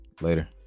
later